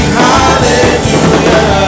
hallelujah